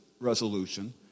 resolution